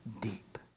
deep